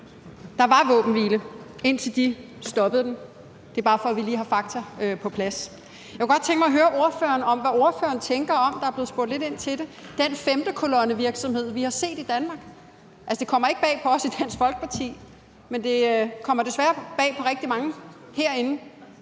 Der var våbenhvile, indtil de stoppede den. Det er bare for, at vi lige har fakta på plads. Jeg kunne godt tænke mig at høre ordføreren, hvad ordføreren tænker om den femtekolonnevirksomhed, vi har set Danmark; der er blevet spurgt lidt ind til det. Det kommer ikke bag på os i Dansk Folkeparti, men det kommer desværre bag på rigtig mange herinde,